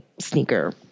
sneaker